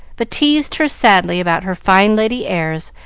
but teased her sadly about her fine lady airs,